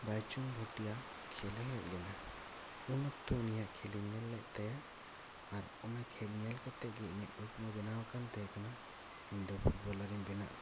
ᱵᱟᱭᱪᱩᱝ ᱵᱷᱚᱴᱤᱭᱟ ᱠᱷᱮᱞᱮ ᱦᱮᱡ ᱞᱮᱱᱟ ᱩᱱ ᱚᱠᱛᱚ ᱩᱱᱤᱭᱟᱜ ᱠᱷᱮᱞᱤᱧ ᱧᱮᱞ ᱞᱮᱫ ᱛᱟᱭᱟ ᱟᱨ ᱚᱱᱟ ᱠᱷᱮᱞ ᱧᱮᱞ ᱠᱟᱛᱮ ᱜᱮ ᱤᱧᱟᱹᱜ ᱠᱩᱠᱢᱩ ᱵᱮᱱᱟᱣ ᱛᱟᱦᱮᱸ ᱠᱟᱱᱟ ᱤᱧ ᱫᱚ ᱯᱷᱩᱴᱵᱚᱞᱟᱨ ᱤᱧ ᱵᱮᱱᱟᱜᱼᱟ